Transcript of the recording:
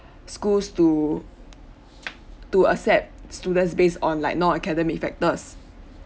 schools to to accept students based on like nonacademic factors